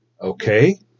Okay